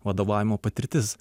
vadovavimo patirtis